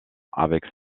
avec